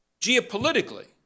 Geopolitically